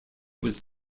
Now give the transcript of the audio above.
was